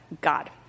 God